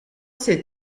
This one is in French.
cette